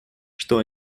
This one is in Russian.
что